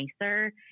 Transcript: nicer